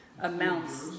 amounts